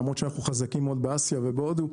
למרות שאנחנו מאוד חזקים באסיה ובהודו,